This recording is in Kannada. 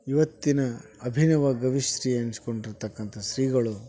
ಇವತ್ತಿನ ಅಭಿನವ ಗವಿಶ್ರೀ ಅನ್ಸ್ಕೊಂಡಿರತಕ್ಕಂಥ ಶ್ರೀಗಳು